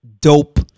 dope